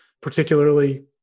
particularly